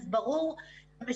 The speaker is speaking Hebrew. אחרי התיקון כשזה כבר מעוגן בחוק יש